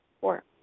Four